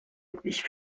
ich